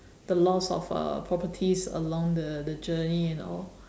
the loss of uh properties along the the journey and all